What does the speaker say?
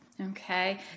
Okay